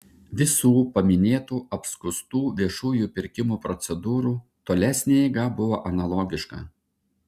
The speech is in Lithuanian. visų paminėtų apskųstų viešųjų pirkimų procedūrų tolesnė eiga buvo analogiška